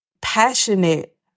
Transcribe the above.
passionate